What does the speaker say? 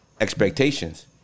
expectations